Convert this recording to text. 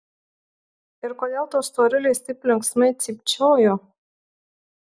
ir kodėl tos storulės taip linksmai cypčiojo